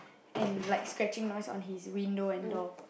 and like scratching noise on his window and door